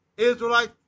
Israelite